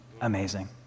amazing